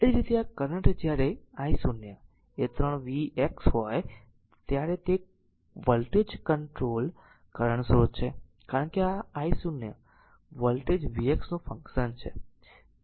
એ જ રીતે આ કરંટ જ્યારે i 0 એ 3 v x હોય ત્યારે તે વોલ્ટેજ કંટ્રોલ્ડ કરંટ સ્રોત છે કારણ કે આ i 0 વોલ્ટેજ v x નું ફંક્શન છે